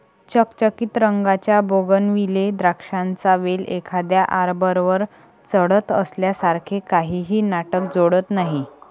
चकचकीत रंगाच्या बोगनविले द्राक्षांचा वेल एखाद्या आर्बरवर चढत असल्यासारखे काहीही नाटक जोडत नाही